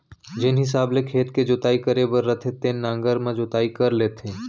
जेन हिसाब ले खेत के जोताई करे बर रथे तेन नांगर म जोताई कर लेथें